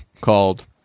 called